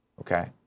okay